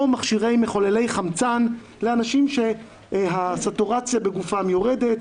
או מכשירים מחוללי חמצן לאנשים שהסטורציה בגופם יורדת,